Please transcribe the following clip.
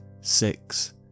six